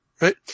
right